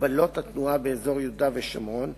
הגבלות התנועה באזור יהודה ושומרון,